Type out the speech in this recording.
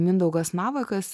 mindaugas navakas